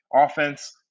Offense